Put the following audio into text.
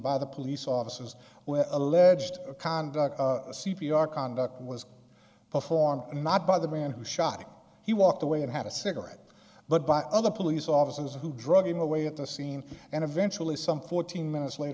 by the police offices where alleged conduct c p r conduct was performed and not by the man who shot him he walked away and had a cigarette but by other police officers who drug him away at the scene and eventually some fourteen minutes late